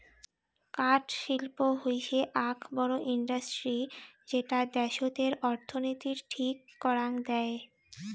কাঠ শিল্প হৈসে আক বড় ইন্ডাস্ট্রি যেটা দ্যাশতের অর্থনীতির ঠিক করাং দেয়